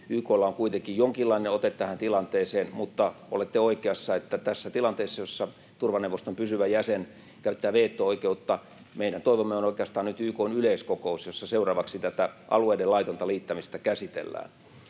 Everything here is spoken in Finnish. on kuitenkin jonkinlainen ote tähän tilanteeseen, mutta olette oikeassa, että tässä tilanteessa, jossa turvaneuvoston pysyvä jäsen käyttää veto-oikeutta, meidän toivomme on oikeastaan nyt YK:n yleiskokous, jossa seuraavaksi tätä alueiden laitonta liittämistä käsitellään.